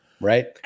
Right